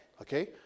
okay